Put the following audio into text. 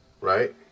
right